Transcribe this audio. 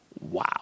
Wow